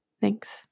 thanks